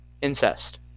Incest